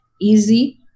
easy